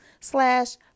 slash